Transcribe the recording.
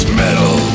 metal